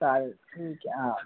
चालेल ठीक आहे हां